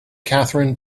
catherine